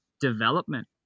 development